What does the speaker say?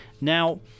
Now